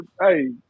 hey